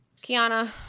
Kiana